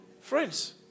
friends